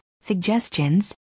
suggestions